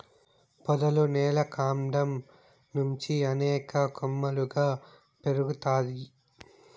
పొదలు నేల కాండం నుంచి అనేక కొమ్మలుగా పెరుగుతాయి